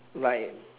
like